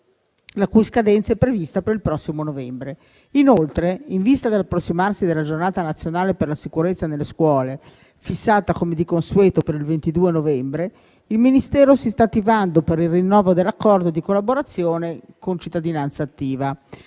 la cui scadenza è prevista per il prossimo novembre. Inoltre, in vista dell'approssimarsi della Giornata nazionale per la sicurezza nelle scuole, fissata come di consueto per il 22 novembre, il Ministero si sta attivando per il rinnovo dell'accordo di collaborazione con Cittadinanza attiva.